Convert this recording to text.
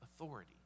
authority